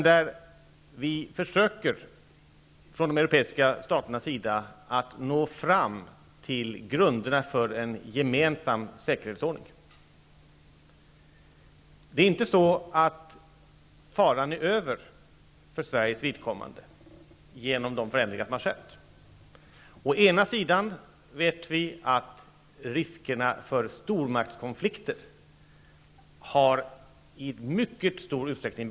De europeiska staterna försöker att nå fram till grunderna för en gemensam säkerhetsordning. Det är inte så, att faran genom de förändringar som har skett är över för Sveriges vidkommande. Å ena sidan vet vi att riskerna för stormaktskonflikter har begränsats i mycket stor utsträckning.